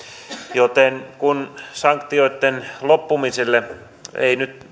joten kun sanktioitten loppuminen ei nyt